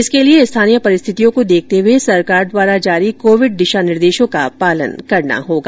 इसके लिए स्थानीय परिस्थतियों को देखते हुए सरकार द्वारा जारी कोविड दिशा निर्देशों का पालन करना होगा